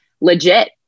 legit